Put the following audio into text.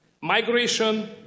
migration